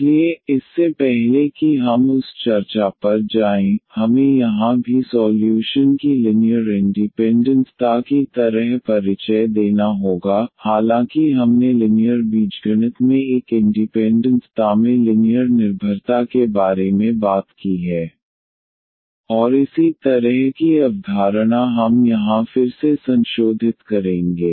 इसलिए इससे पहले कि हम उस चर्चा पर जाएं हमें यहां भी सॉल्यूशन की लिनीयर इंडीपेन्डन्ट ता की तरह परिचय देना होगा हालांकि हमने लिनीयर बीजगणित में एक इंडीपेन्डन्ट ता में लिनीयर निर्भरता के बारे में बात की है और इसी तरह की अवधारणा हम यहां फिर से संशोधित करेंगे